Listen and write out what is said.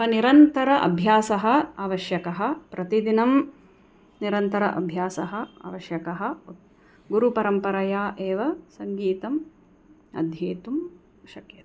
निरन्तरम् अभ्यासः आवश्यकः प्रतिदिनं निरन्तरम् अभ्यासः आवश्यकः गुरुपरम्परया एव सङ्गीतम् अध्येतुं शक्यते